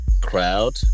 crowd